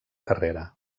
carrera